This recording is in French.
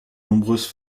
nombreuses